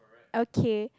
okay